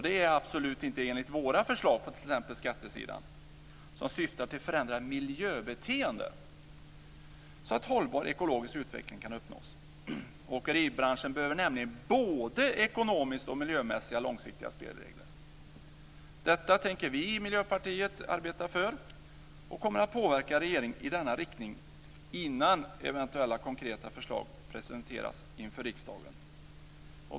Det är absolut inte i enlighet våra förslag på t.ex. skattesidan, som syftar till förändrat miljöbeteende så att hållbar ekologisk utveckling kan uppnås. Åkeribranschen behöver nämligen både ekonomiskt och miljömässigt långsiktiga spelregler. Detta tänker vi inom Miljöpartiet arbeta för, och vi kommer att påverka regeringen i denna riktning innan eventuella konkreta förslag presenteras för riksdagen.